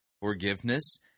forgiveness